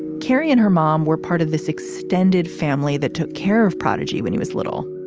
kerri and her mom were part of this extended family that took care of prodigy when he was little.